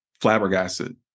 flabbergasted